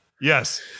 Yes